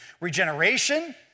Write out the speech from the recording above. Regeneration